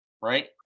right